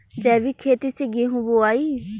जैविक खेती से गेहूँ बोवाई